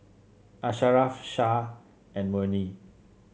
Asharaff Shah and Murni